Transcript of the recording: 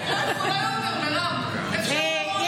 אני לא יכולה יותר, מירב, חברת